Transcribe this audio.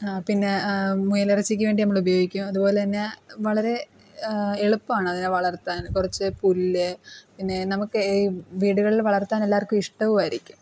പിന്നെ മുയലിറച്ചിക്ക് വേണ്ടി നമ്മളുപയോഗിക്കും അതുപോലെതന്നെ വളരെ എളുപ്പമാണ് അതിനെ വളർത്താൻ കുറച്ച് പുല്ല് പിന്നെ നമുക്ക് വീടുകളിൽ വളർത്താൻ എല്ലാവർക്കും ഇഷ്ടവും ആയിരിക്കും